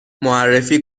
معرفی